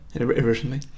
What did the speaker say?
Originally